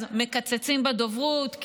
אז מקצצים בדוברות,